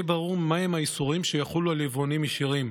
יהיה ברור מהם האיסורים שיחולו על יבואנים ישירים.